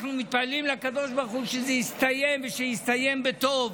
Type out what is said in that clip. ואנחנו מתפללים לקדוש ברוך הוא שזה יסתיים ושיסתיים בטוב,